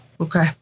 Okay